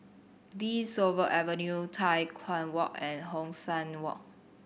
De Souza Avenue Tai Hwan Walk and Hong San Walk